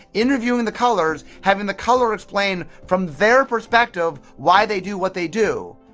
interviewing the colors, having the color explain from their perspective why they do what they do